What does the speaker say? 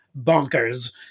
bonkers